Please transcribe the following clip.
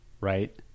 right